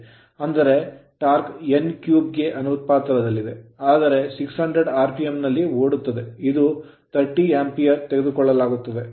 ಅಂದರೆ torque torque n3 ಗೆ ಅನುಪಾತದಲ್ಲಿದೆ ಆದರೆ 600 rpm ಆರ್ಪಿಎಂ ನಲ್ಲಿ ಓಡುತ್ತದೆ ಇದು 30 Ampere ಆಂಪಿಯರ್ ತೆಗೆದುಕೊಳ್ಳುತ್ತದೆ